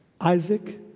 Isaac